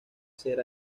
ser